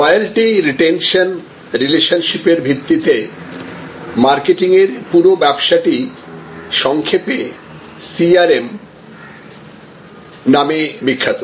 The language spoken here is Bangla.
লয়ালটি রিটেনশন রিলেশনশিপ এর ভিত্তিতে মারকেটিং এর পুরো ব্যবসাটি সংক্ষেপে CRM কাস্টমার রিলেশনশিপ ম্যানেজমেন্ট নামে বিখ্যাত